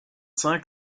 cinq